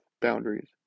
boundaries